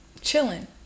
chilling